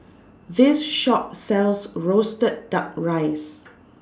This Shop sells Roasted Duck Rice